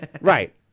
Right